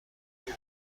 گفتی